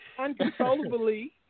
uncontrollably